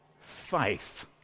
faith